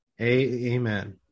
Amen